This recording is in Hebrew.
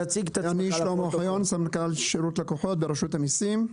אני סמנכ"ל שירות לקוחות ברשות המיסים,